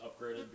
upgraded